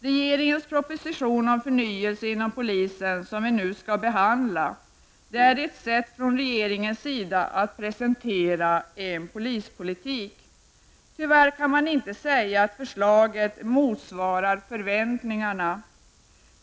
Regeringens proposition om förnyelse inom polisen, som vi nu skall behandla, utgör ett sätt för regeringen att presentera en polispolitik. Tyvärr kan man inte säga att förslaget motsvarar förväntningarna.